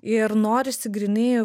ir norisi grynai